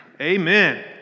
Amen